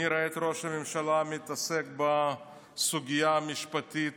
אני רואה את ראש ממשלה מתעסק בסוגיה המשפטית